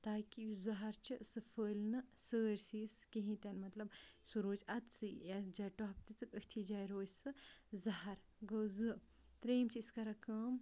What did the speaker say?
تاکہِ یُس زہر چھِ سُہ پھہلہِ نہٕ سٲرسی کِہیٖنۍ تہِ نہٕ مطلب سُہ روزِ أتۍسٕے یَتھ جایہِ ٹۄپھ دِژٕکھ أتھی جایہِ روزِ سُہ زہر گوٚو زٕ ترٛیٚیِم چھِ أسۍ کَران کٲم